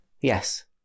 Yes